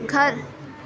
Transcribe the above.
گھر